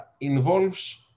involves